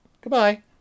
Goodbye